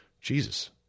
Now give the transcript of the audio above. Jesus